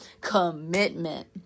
commitment